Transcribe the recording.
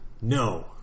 no